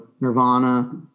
Nirvana